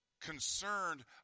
Concerned